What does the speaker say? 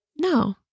no